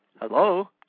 Hello